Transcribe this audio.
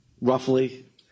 roughly